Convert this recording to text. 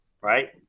right